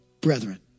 brethren